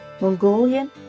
Mongolian